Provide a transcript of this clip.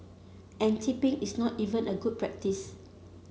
and tipping is not even a good practice